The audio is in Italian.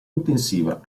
intensiva